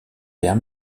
père